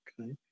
Okay